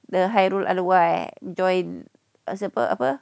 the khairul anuar join siapa apa